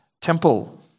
temple